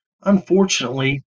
Unfortunately